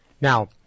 Now